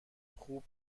خوب